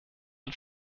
ein